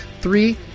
Three